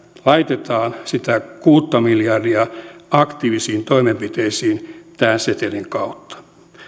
laitetaan sitä kuutta miljardia aktiivisiin toimenpiteisiin tämän setelin kautta